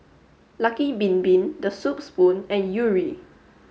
lucky Bin Bin The Soup Spoon and Yuri